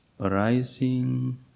Arising